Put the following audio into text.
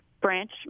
branch